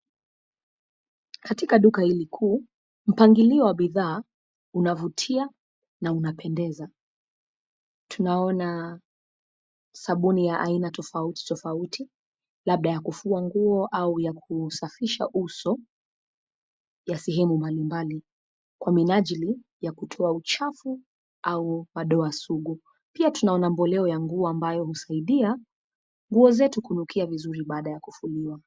Katika duka hili kuu, mpangilio wa bidhaa unavutia na unapendeza. Tunaona sabuni ya aina tofauti tofauti , labda ya kufua nguo au ya kusafisha uso, ya sehemu mbali mbali kwa minajili ya kutoa uchafu au madoa sugu. Pia tunaona mboleo ya nguo ambayo husaidia, nguo zetu kunukia vizuri baada ya kufuliwa.